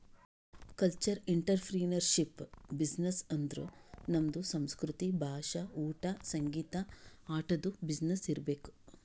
cultural entrepreneurship business ಅಂದುರ್ ನಮ್ದು ಸಂಸ್ಕೃತಿ, ಭಾಷಾ, ಊಟಾ, ಸಂಗೀತ, ಆಟದು ಬಿಸಿನ್ನೆಸ್ ಇರ್ಬೇಕ್